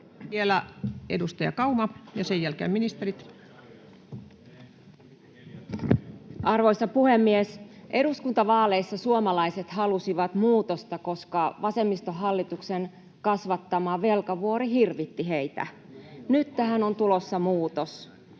Vielä edustaja Kauma ja sen jälkeen ministerit. Arvoisa puhemies! Eduskuntavaaleissa suomalaiset halusivat muutosta, koska vasemmistohallituksen kasvattama velkavuori hirvitti heitä. Nyt tähän on tulossa muutos.